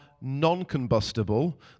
non-combustible